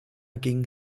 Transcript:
ging